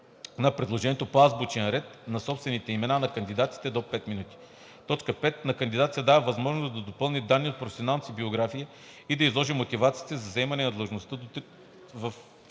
на предложението по азбучен ред на собствените имена на кандидатите – до 5 минути. 5. На кандидата се дава възможност да допълни данни от професионалната си биография и да изложи мотивацията си за заемане на длъжността –